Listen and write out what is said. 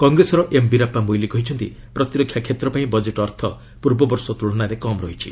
କଂଗ୍ରେସର ଏମ୍ ବୀରାପା ମୋଇଲ୍ କହିଛନ୍ତି ପ୍ରତିରକ୍ଷା କ୍ଷେତ୍ରପାଇଁ ବଜେଟ୍ ଅର୍ଥ ପୂର୍ବ ବର୍ଷ ତୁଳନାରେ କମ୍ ରହିଛି